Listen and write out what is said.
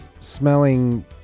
smelling